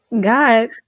God